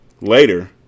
Later